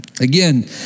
Again